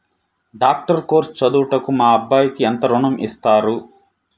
Doctor course చదువుటకు మా అబ్బాయికి ఎంత ఋణం ఇస్తారు?